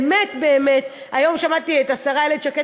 ובאמת-באמת היום שמעתי את השרה איילת שקד